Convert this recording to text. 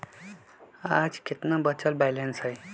आज केतना बचल बैलेंस हई?